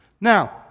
Now